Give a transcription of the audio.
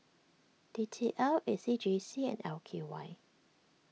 D T L A C J C and L K Y